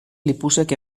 lipusek